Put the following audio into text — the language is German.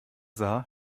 sah